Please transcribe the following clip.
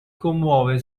commuove